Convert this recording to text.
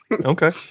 okay